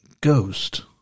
Ghost